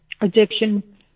addiction